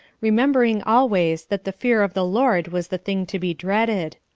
remembering always that the fear of the lord was the thing to be dreaded.